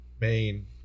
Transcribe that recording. main